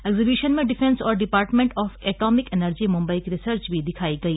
exhibition में defence और department of atomic energy Mumbai की रिसर्च भी दिखाई गई